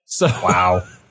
Wow